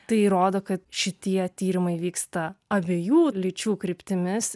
tai rodo kad šitie tyrimai vyksta abiejų lyčių kryptimis